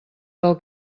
del